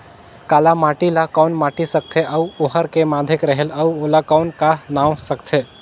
काला माटी ला कौन माटी सकथे अउ ओहार के माधेक रेहेल अउ ओला कौन का नाव सकथे?